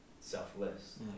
selfless